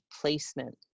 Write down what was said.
placement